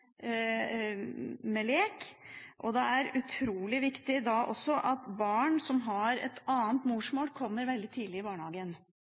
med lek. Da er det utrolig viktig at barn som har et annet morsmål, kommer veldig tidlig i barnehagen.